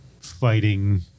fighting